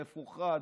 מפוחד,